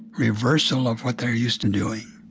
reversal of what they're used to doing.